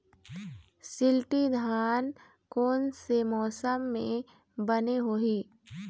शिल्टी धान कोन से मौसम मे बने होही?